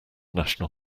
national